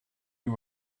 you